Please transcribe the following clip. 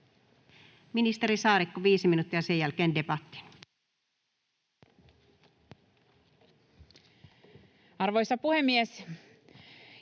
Ministeri Saarikko, 5 minuuttia, ja sen jälkeen debatti. Arvoisa puhemies!